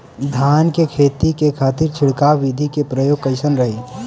धान के खेती के खातीर छिड़काव विधी के प्रयोग कइसन रही?